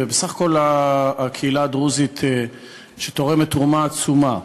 בסך הכול הקהילה הדרוזית תורמת תרומה עצומה.